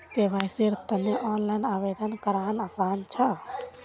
केवाईसीर तने ऑनलाइन आवेदन करना आसान छ